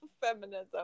feminism